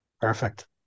Perfect